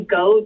go